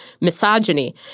misogyny